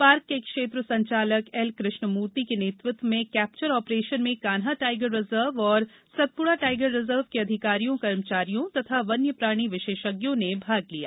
park के क्षेत्र संचालक एल कृष्णमूर्ति के नेतृत्व मे कैप्चर ऑपरेशन में कान्हा टाइगर रिजर्व एवं सतपुड़ा टाइगर रिजर्व के अधिकारियों कर्मचारियों तथा वन्यप्राणी विशेषज्ञों ने भाग लिया